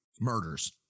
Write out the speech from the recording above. Murders